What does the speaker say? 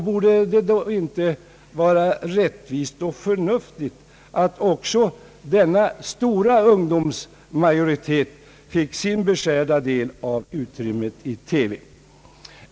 Borde det då inte vara rättvist och förnuftigt att också denna stora ungdomsmajoritet fick sin beskärda del av utrymmet i TV?